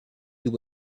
you